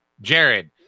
Jared